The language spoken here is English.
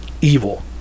evil